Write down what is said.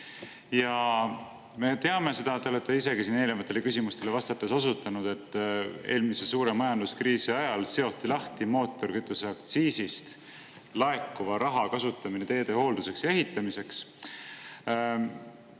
Me teame seda, te olete isegi siin eelnevatele küsimustele vastates osutanud, et eelmise suure majanduskriisi ajal seoti lahti mootorikütuseaktsiisist laekuva raha kasutamine teede hoolduseks ja ehitamiseks,